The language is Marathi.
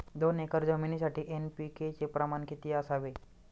दोन एकर जमिनीसाठी एन.पी.के चे प्रमाण किती असावे?